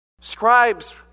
Scribes